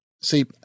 See